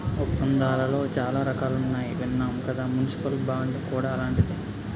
ఒప్పందాలలో చాలా రకాలున్నాయని విన్నాం కదా మున్సిపల్ బాండ్ కూడా అలాంటిదే